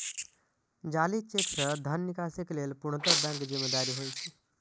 जाली चेक सं धन निकासी के लेल पूर्णतः बैंक जिम्मेदार होइ छै